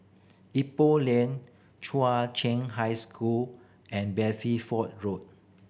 Ipoh Lane Chua Chen High School and Road